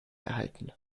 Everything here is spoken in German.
erhalten